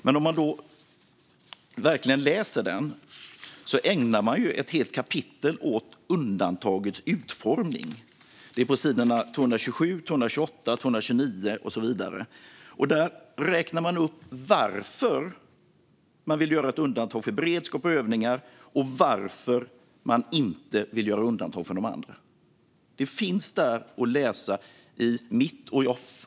Den som verkligen läser utredningen ser att man ägnar ett helt kapitel åt undantagets utformning; detta är på sidorna 227, 228, 229 och så vidare. Där räknar man upp varför man vill göra ett undantag för beredskap och övningar och varför man inte vill göra undantag för de andra. Det finns att läsa i mitt exemplar av utredningen.